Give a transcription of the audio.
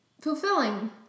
fulfilling